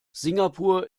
singapur